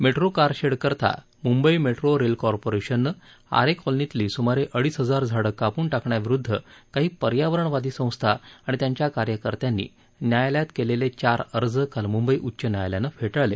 metro कारशेडकरता Mumbai metro rail प्राधिकरणाद्वारे आरे कॉलनीतली सुमारे अडीच हजार झाडं कापून टाकण्याविरूध्द काही पर्यावरणवादी संस्था आणि त्यांच्या कार्यकर्त्यांनी न्यायालयात केलेले चार अर्ज काल मुंबई उच्च न्यायालयानं फेटाळले